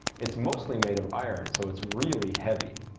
it's mostly made of iron, so it's really heavy.